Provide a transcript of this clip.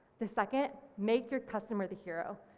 the second, make your customer the hero.